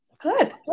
Good